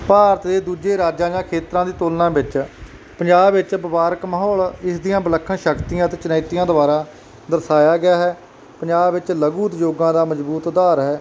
ਭਾਰਤ ਦੇ ਦੂਜੇ ਰਾਜਾਂ ਜਾਂ ਖੇਤਰਾਂ ਦੀ ਤੁਲਨਾ ਵਿੱਚ ਪੰਜਾਬ ਵਿੱਚ ਵਪਾਰਕ ਮਾਹੌਲ ਇਸ ਦੀਆਂ ਵਿਲੱਖਣ ਸ਼ਕਤੀਆਂ ਅਤੇ ਚੁਣੌਤੀਆਂ ਦੁਆਰਾ ਦਰਸਾਇਆ ਗਿਆ ਹੈ ਪੰਜਾਬ ਵਿੱਚ ਲਘੂ ਉਦਯੋਗਾਂ ਦਾ ਮਜ਼ਬੂਤ ਅਧਾਰ ਹੈ